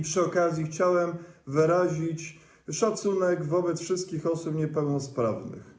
Przy okazji chciałbym wyrazić szacunek wobec wszystkich osób niepełnosprawnych.